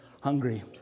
hungry